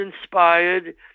inspired